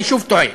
אני שוב טועה,